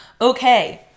Okay